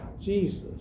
Jesus